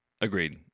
Agreed